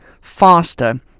faster